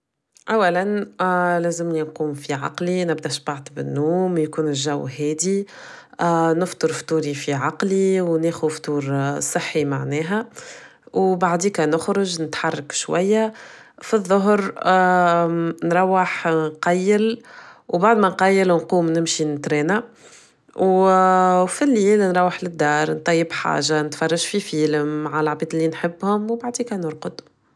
أكثر أيام مثالية هي النهارة اللي نفيق الصباح على راحتي من يشنجري صغار يكونوا لاباس عليهم فيه ما تكونش عندي برشا التزامات في النهار هذاك ينفيقوا مع بعضنا نقعدوا نتلاموا على الفطور مع بعضنا بعد كل حد يمشي يحضر الوجبات متاعي ويقوم باللي لازم يعمله وبعدها نقعدوا مع بعضنا ونعادوا بقية النهار سواء في الخدمة سواء في اللعبة مع بعضنا هذا هي هو أكثر نهار مثالي لون نور.